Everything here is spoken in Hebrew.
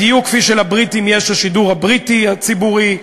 בדיוק כמו שלבריטים יש השידור הבריטי הציבורי,